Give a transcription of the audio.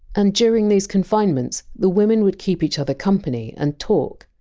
and during these confinements, the women would keep each other company and talk.